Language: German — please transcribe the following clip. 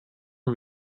und